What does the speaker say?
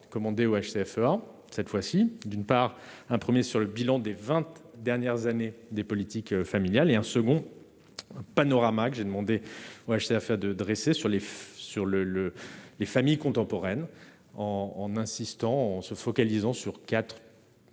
commandés au FC cette fois-ci, d'une part, un 1er sur le bilan des 20 dernières années des politiques familiales, et un second panorama que j'ai demandé, moi je sais faire de dresser sur les sur le le les familles contemporaines en insistant en se focalisant sur quatre